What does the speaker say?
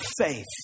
faith